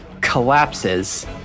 collapses